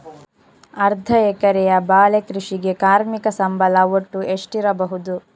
ಅರ್ಧ ಎಕರೆಯ ಬಾಳೆ ಕೃಷಿಗೆ ಕಾರ್ಮಿಕ ಸಂಬಳ ಒಟ್ಟು ಎಷ್ಟಿರಬಹುದು?